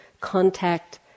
contact